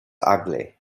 ugly